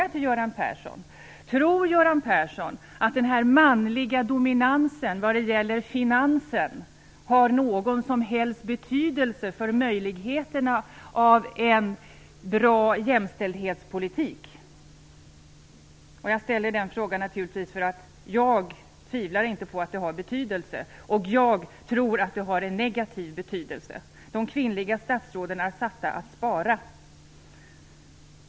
Tror Göran Persson att den här manliga dominansen vad gäller finansen har någon som helst betydelse för möjligheterna till en bra jämställdhetspolitik? Jag ställer den frågan därför att jag naturligtvis inte tvivlar på att det har betydelse och därför att jag tror att det har en negativ betydelse. De kvinnliga statsråden är satta att spara.